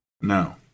No